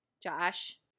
Josh